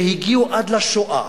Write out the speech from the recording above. שהגיעו עד לשואה,